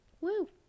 Woo